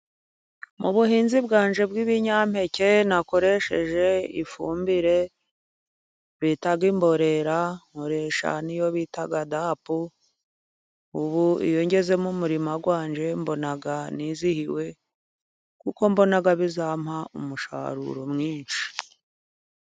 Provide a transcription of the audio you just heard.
Mu buhinzi bwanjye bw'ibinyampeke nakoresheje ifumbire bita imborera, nkoresha niyo bita dapu, ubu iyo ngeze mu murima wanjye mbona nizihiwe kuko mbona bizampa umusaruro mwinshi.